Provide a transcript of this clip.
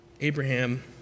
Abraham